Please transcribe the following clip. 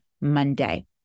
Monday